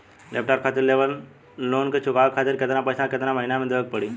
Laptop खातिर लेवल loan के चुकावे खातिर केतना पैसा केतना महिना मे देवे के पड़ी?